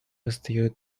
воздает